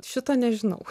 šito nežinau